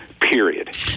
period